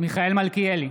מיכאל מלכיאלי,